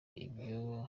ibyo